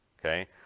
Okay